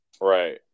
Right